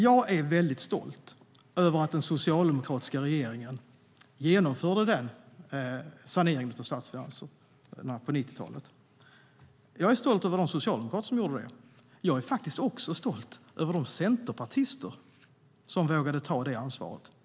Jag är stolt över att den socialdemokratiska regeringen genomförde den saneringen av statsfinanserna på 90-talet. Jag är stolt över de socialdemokrater som gjorde det. Jag är faktiskt också stolt över de centerpartister som vågade ta det ansvaret.